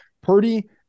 Purdy